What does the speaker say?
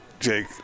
Jake